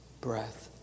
breath